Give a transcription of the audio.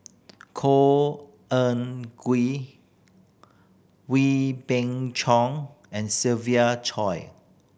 Khor Ean Ghee Wee Beng Chong and Siva Choy